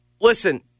listen